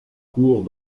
court